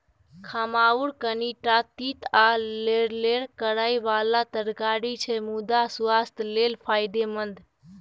खमहाउर कनीटा तीत आ लेरलेर करय बला तरकारी छै मुदा सुआस्थ लेल फायदेमंद